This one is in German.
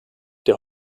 der